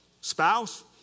spouse